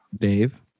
Dave